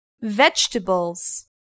Vegetables